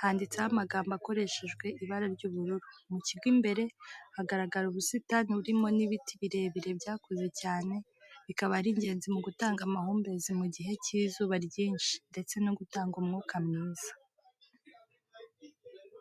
handitseho amagambo akoreshejwe ibara ry'ubururu, mu kigo imbere hagaragara ubusitani burimo n'ibiti birebire byakuze cyane bikaba ari ingenzi mu gutanga amahumbezi mu gihe cy'izuba ryinshi ndetse no gutanga umwuka mwiza.